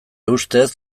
ustez